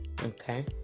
Okay